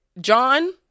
John